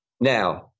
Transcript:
Now